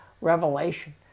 revelation